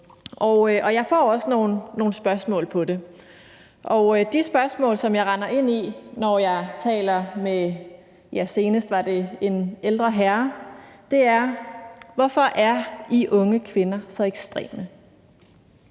Jeg får også nogle spørgsmål om det, og de spørgsmål, som jeg render ind i, når jeg taler med, ja, senest var det en ældre herre, er, hvorfor I unge kvinder er så ekstreme,